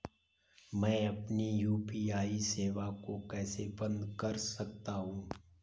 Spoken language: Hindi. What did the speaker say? मैं अपनी यू.पी.आई सेवा को कैसे बंद कर सकता हूँ?